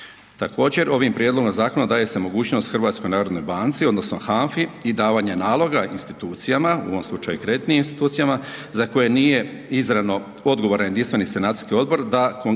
Također, ovim prijedlogom zakona daje se mogućnost HNB-u odnosno HANFI i davanje naloga institucijama, u ovom slučaju kreditnim institucijama za koje nije izravno odgovoran jedinstveni sanacijski odbor da kontaktira